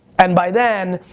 and by then,